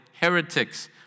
heretics